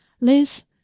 Liz